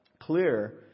clear